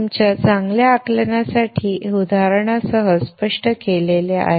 तुमच्या चांगल्या आकलनासाठी हे उदाहरणासह स्पष्ट केले आहे